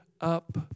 up